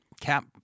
Cap